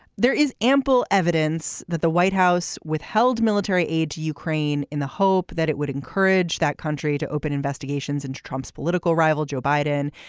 there is ample evidence that the white house withheld military aid to ukraine in the hope that it would encourage that country to open investigations into trump's political rival joe biden.